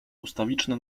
ustawiczne